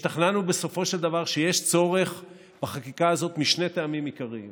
השתכנענו בסופו של דבר שיש צורך בחקיקה הזאת משני טעמים עיקריים.